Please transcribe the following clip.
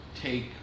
take